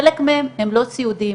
חלק מהם הם לא סיעודיים,